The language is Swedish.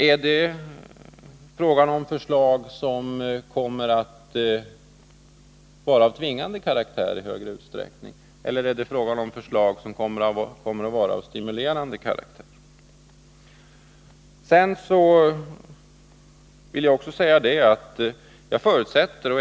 Är det fråga om förslag av tvingande karaktär, eller kommer förslagen att vara av stimulerande karaktär?